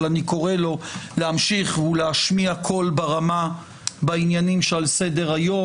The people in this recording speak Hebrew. אבל אני קורא לו להמשיך ולהשמיע קול ברמה בעניינים שעל סדר היום.